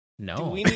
No